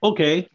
Okay